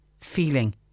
feeling